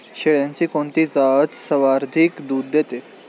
शेळ्यांची कोणती जात सर्वाधिक दूध देते?